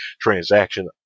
transaction